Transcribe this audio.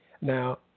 Now